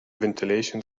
ventilation